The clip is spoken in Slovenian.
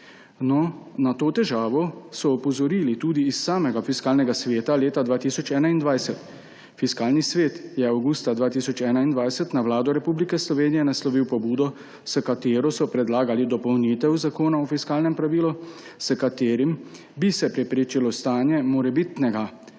Na to težavo so opozorili tudi iz samega Fiskalnega sveta leta 2021. Fiskalni svet je avgusta 2021 na Vlado Republike Slovenije naslovil pobudo, s katero so predlagali dopolnitev Zakona o fiskalnem pravilu s katerim bi se preprečilo stanje morebitnega